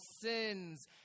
sins